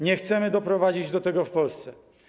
Nie chcemy doprowadzić do tego w Polsce.